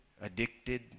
addicted